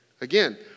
Again